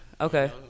okay